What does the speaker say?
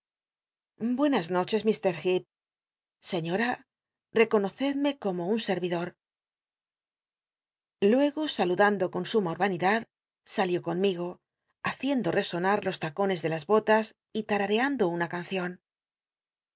buenas noches k heep señora reconocedme como un servidor luego saludando con suma urbanidad salió conmigo haciendo resonar los tacones de las botas y k rareando una cancion